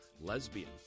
Lesbian